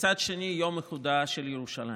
ומצד שני, יום איחודה של ירושלים.